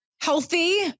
healthy